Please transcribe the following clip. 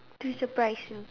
too surprised you know